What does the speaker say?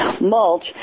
mulch